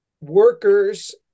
workers